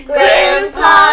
Grandpa